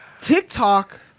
TikTok